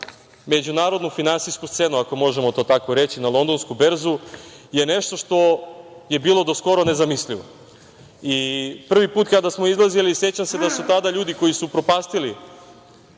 međunarodnu finansijsku scenu, ako tako možemo reći, na Londonsku berzu je nešto je bilo do skoro nezamislivo. Prvi put kada smo izlazili sećam se da su tada ljudi koji su upropastili